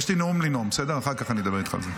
יש לי נאום לנאום, אחר כך אני אדבר על זה.